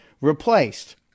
replaced